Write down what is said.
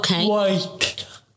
white